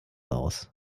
aus